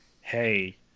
hey